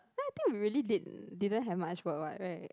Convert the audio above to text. I think really did didn't have much work [what] [right]